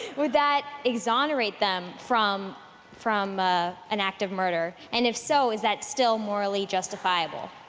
would that exonerate them from from an act of murder, and if so is that still morally justifiable?